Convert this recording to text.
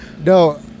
no